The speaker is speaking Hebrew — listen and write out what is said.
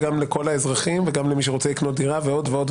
למי שרוצה לקנות דירה ועוד.